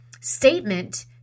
statement